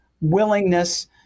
willingness